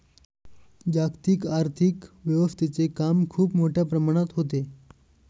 जागतिक आर्थिक व्यवस्थेचे काम खूप मोठ्या प्रमाणात होते